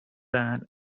that